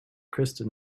kristen